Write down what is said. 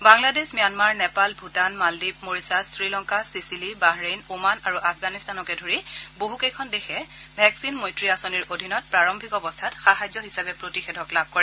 Bangladesh Myanmar Nepal Bhutan Maldives Mauritius Sri Lanka Seychelles Bahrain Oman আৰু আফগানিস্তানকে ধৰি বহুকেইখন দেশে ভেকচিন মৈত্ৰী আঁচনিৰ অধীনত প্ৰাৰম্ভিক অৱস্থাত সাহায্য হিচাপে প্ৰতিষেধক লাভ কৰে